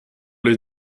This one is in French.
les